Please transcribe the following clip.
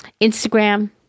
Instagram